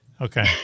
Okay